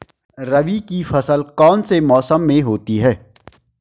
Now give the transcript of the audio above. रबी की फसल कौन से मौसम में होती है?